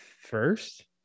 first